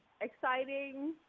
exciting